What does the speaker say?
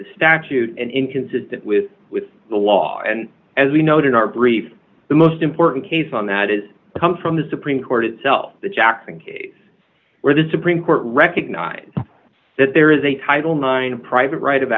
the statute and inconsistent with with the law and as we note in our brief the most important case on that is come from the supreme court itself the jackson case where the supreme court recognized that there is a title nine private right of